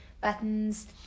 buttons